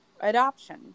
Adoption